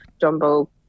Jumbo